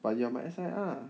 but you are my S_I_R